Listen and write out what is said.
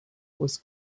was